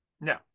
No